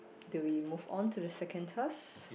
do we move on to the second task